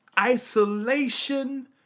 isolation